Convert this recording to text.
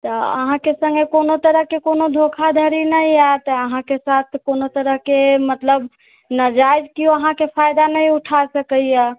तऽ अहाँके सङ्गे कोनो तरहके कोनो धोखाधड़ी नहि हैत अहाँके साथ कोनो तरहके मतलब नाजायज केओ अहाँके फायदा नहि उठा सकैए